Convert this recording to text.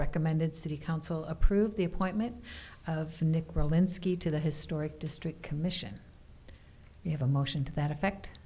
recommended city council approved the appointment of nick roland ski to the historic district commission you have a motion to that effect